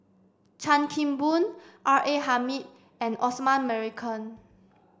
Chan Kim Boon R A Hamid and Osman Merican